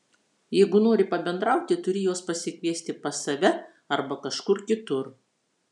jeigu nori pabendrauti turi juos pasikviesti pas save arba kažkur kitur